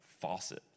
faucet